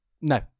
No